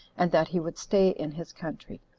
and that he would stay in his country.